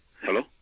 Hello